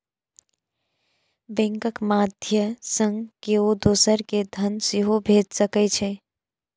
बैंकक माध्यय सं केओ दोसर कें धन सेहो भेज सकै छै